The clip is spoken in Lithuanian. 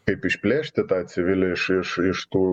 kaip išplėšti tą civilį iš iš iš tų